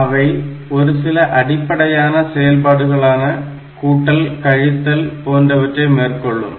அவை ஒரு சில அடிப்படையான செயல்பாடுகளான கூட்டல் கழித்தல் போன்றவற்றை மேற்கொள்ளும்